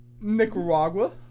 Nicaragua